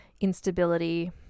instability